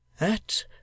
At